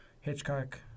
Hitchcock